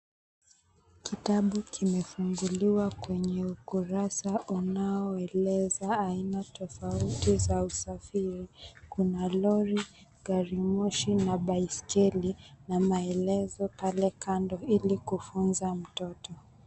Kitabu kimefunguliwa kwenye ukurasa unaoeleza aina tofauti za usafiri. Kuna lori, gari moshi na baiskeli na maelezo hapo kando ili kufunza mtoto.